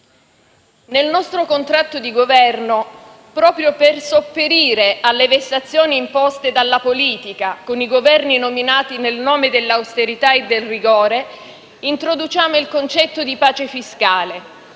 Nel nostro contratto di Governo, proprio per sopperire alle vessazioni imposte dalla politica con i Governi nominati nel nome dell'austerità e del rigore, introduciamo il concetto di pace fiscale,